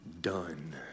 done